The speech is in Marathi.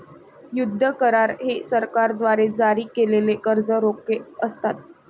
युद्ध करार हे सरकारद्वारे जारी केलेले कर्ज रोखे असतात